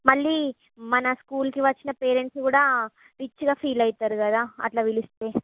మళ్ళీ మన స్కూల్కి వచ్చిన పేరెంట్స్ కూడా రిచ్గా ఫీల్ అవుతారు కదా అలా పిలిస్తే